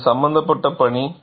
இது சம்பந்தப்பட்ட பணி